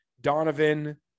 Donovan